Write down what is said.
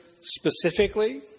specifically